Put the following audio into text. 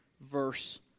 verse